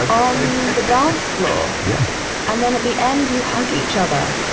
on the dance floor yes and then at the end, do you hug each other?